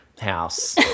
house